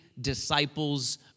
disciples